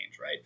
right